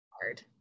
hard